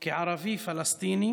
שכערבי פלסטיני